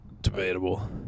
Debatable